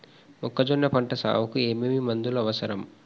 మొక్కజొన్న పంట సాగుకు ఏమేమి మందులు అవసరం?